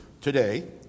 today